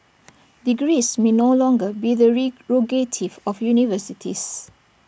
degrees may no longer be the of universities